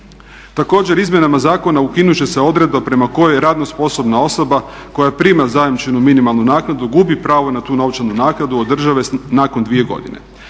Također izmjenama zakona ukinuti će se odredba prema kojoj radno sposobna osoba koja prima zajamčenu minimalnu gubi pravo na tu novčanu naknadu od države nakon 2 godine.